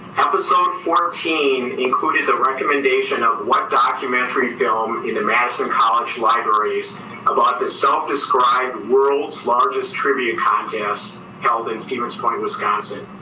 episode fourteen included the recommendation of what documentary film in the madison college libraries about this self-described world's largest trivia contest held in stevens point, wisconsin?